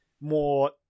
more